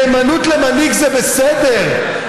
נאמנות למנהיג זה בסדר,